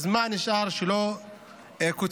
אז מה נשאר שלא קוצץ?